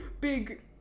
big